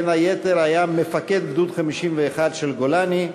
ובין היתר היה מפקד גדוד 51 של גולני.